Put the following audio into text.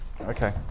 Okay